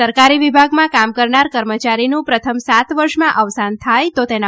સરકારી વિભાગમાં કામ કરનાર કર્મચારીનું પ્રથમ સાત વર્ષમાં અવસાન થાય તો તેના